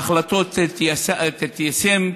ההחלטות ייושמו,